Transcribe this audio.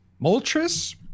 Moltres